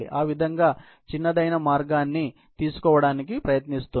ఆ విధంగా చిన్నదైన మార్గాన్ని తీసుకోవడానికి ప్రయత్నిస్తుంది